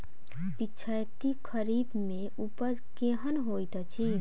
पिछैती खरीफ मे उपज केहन होइत अछि?